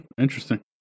Interesting